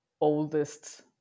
oldest